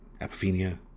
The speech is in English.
apophenia